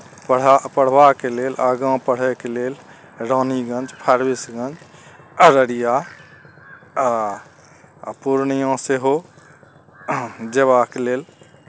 पढ़ा पढ़बाक लेल आगा पढ़यके लेल रानी गंज फारविसगंज अररिया आओर पूर्णिया सेहो जेबाक लेल